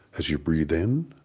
as you breathe in,